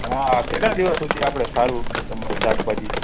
હા કેટલા દિવસ સુધી આપણે સારું તમારું શાકભાજી